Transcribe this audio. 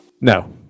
No